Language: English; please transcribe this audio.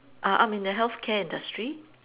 uh I'm in the healthcare industry